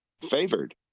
favored